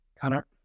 Connor